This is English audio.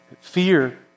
Fear